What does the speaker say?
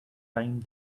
time